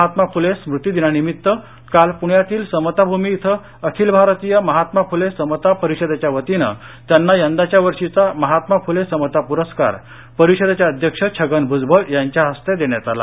महात्मा फुले स्मृतिदिनानिमित्त काल पुण्यातील समता भूमी इथं अखिल भारतीय महात्मा फुले समता परिषदेच्या वतीने त्यांना यंदाच्या वर्षीचा महात्मा फुले समता पुरस्कार परिषदेचे अध्यक्ष छगन भूजबळ यांच्या हस्ते देण्यात आला